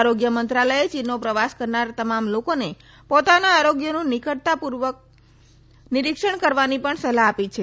આરોગ્ય મંત્રાલયે ચીનનો પ્રવાસ કરનારા તમામ લોકોને પોતાના આરોગ્યનું નિકટતા પૂર્વક નિરીક્ષણ કરવાની પણ સલાહ આપી છે